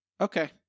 Okay